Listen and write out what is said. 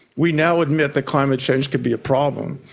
we now admit that climate change can be a problem.